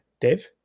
Dave